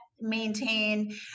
maintain